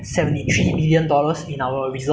uh this not only destroys us